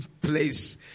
place